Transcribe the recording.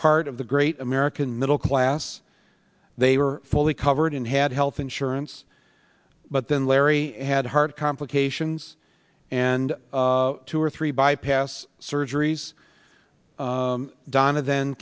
part of the great american middle class they were fully covered and had health insurance but then larry had heart complications and two or three bypass surgeries donna then